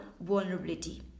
vulnerability